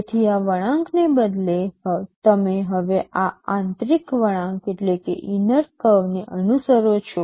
તેથી આ વળાંકને બદલે તમે હવે આ આંતરિક વળાંક ને અનુસરો છો